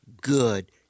good